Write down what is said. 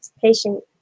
patient